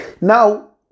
Now